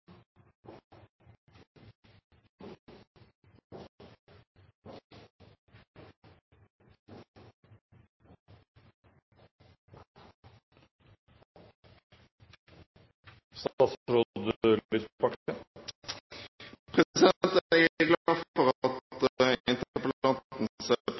Jeg er glad for at